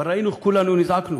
אבל ראינו איך כולנו נזעקנו,